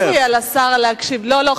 אדוני השר, חבר הכנסת דב חנין, זה לא הוגן.